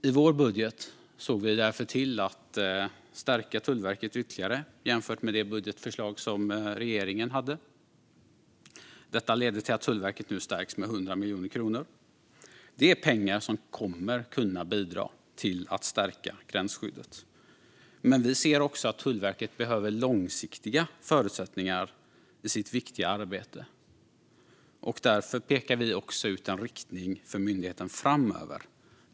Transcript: I vår budget såg vi därför till att förstärka Tullverket ytterligare jämfört med regeringens budgetförslag. Detta leder till att Tullverket nu förstärks med 100 miljoner kronor. Det här är pengar som kommer att kunna bidra till att förstärka gränsskyddet. Men vi ser också att Tullverket behöver långsiktiga förutsättningar i sitt viktiga arbete. Därför pekar vi också ut en riktning för myndigheten framöver.